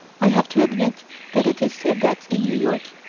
i have to admit that it is said that, in new york,